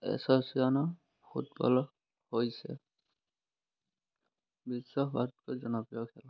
association football হৈছে বিশ্বৰ সবাতোকৈ জনপ্ৰিয় খেল